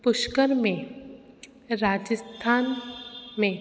पुष्कर में राजस्थान में